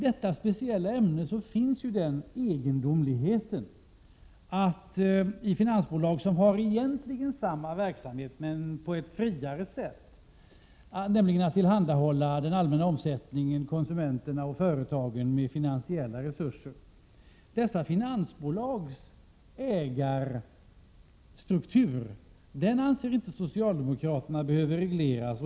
Finansbolagen har egentligen samma verksamhet som bankerna, men på ett friare sätt, nämligen att tillhandahålla den allmänna omsättningen, konsumenterna och företagen, finansiella resurser. Socialdemokraterna anser inte att finansbolagens ägarstruktur behöver regleras.